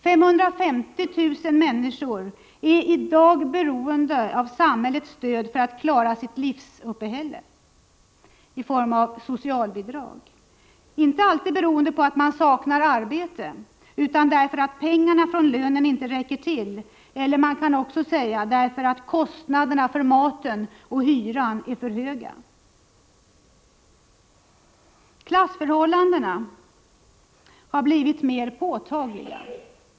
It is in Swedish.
550 000 människor är i dag beroende av samhällets stöd i form av socialbidrag för att klara sitt livsuppehälle — inte alltid beroende på att de saknar arbete utan ofta därför att pengarna från lönen inte räcker till. Man kan också säga att det är därför att kostnaderna för maten och hyran är för höga. Klassförhållandena har blivit mer påtagliga.